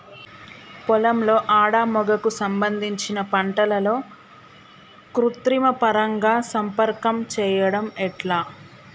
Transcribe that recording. పొలంలో మగ ఆడ కు సంబంధించిన పంటలలో కృత్రిమ పరంగా సంపర్కం చెయ్యడం ఎట్ల?